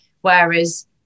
Whereas